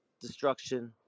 destruction